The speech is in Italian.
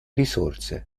risorse